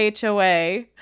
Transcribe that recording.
HOA